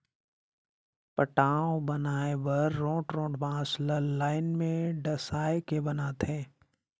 पटांव बनाए बर रोंठ रोंठ बांस ल लाइन में डसाए के बनाथे